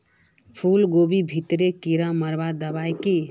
फूलगोभीत कीड़ा मारवार दबाई की?